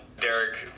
Derek